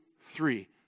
three